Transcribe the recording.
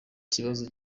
kibazo